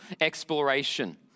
exploration